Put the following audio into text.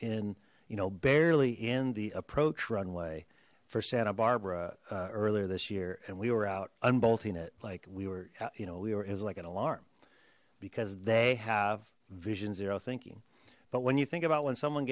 in you know barely in the approach runway for santa barbara earlier this year and we were out unbolting it like we were you know we were is like an alarm because they have vision zero thinking but when you think about when someone